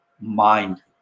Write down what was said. mind